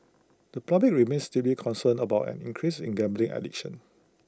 the public remains deeply concerned about an increase in gambling addiction